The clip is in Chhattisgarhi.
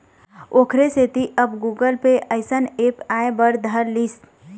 ओखरे सेती अब गुगल पे अइसन ऐप आय बर धर लिस